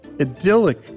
idyllic